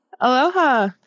Aloha